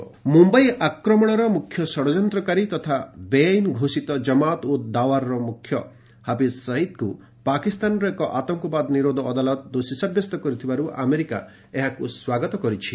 US Hafiz Mumbai ଆକ୍ରମଣର ମୁଖ୍ୟ ଷଡ଼ଯନ୍ତ୍ରକାରୀ ତଥା ବେଆଇନ୍ ଘୋଷିତ ଜମାତ୍ ଉଦ୍ ଦାୱାର ମୁଖ୍ୟ ହାଫିଜ୍ ସଇଦ୍କୁ ପାକିସ୍ତାନର ଏକ ଆତଙ୍କବାଦ ନିରୋଧ ଅଦାଲତ ଦୋଷୀ ସାବ୍ୟସ୍ତ କରିଥିବାରୁ ଆମେରିକା ଏହାକୁ ସ୍ୱାଗତ କରିଛି